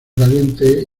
caliente